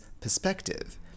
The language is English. perspective